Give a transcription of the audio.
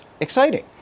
exciting